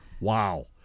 wow